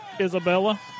Isabella